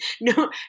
no